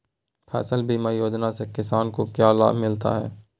फसल बीमा योजना से किसान को क्या लाभ मिलता है?